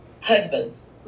husbands